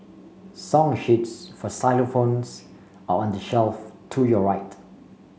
song sheets for xylophones are on the shelf to your right